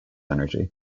energy